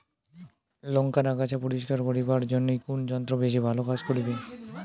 লংকার আগাছা পরিস্কার করিবার জইন্যে কুন যন্ত্র বেশি ভালো কাজ করিবে?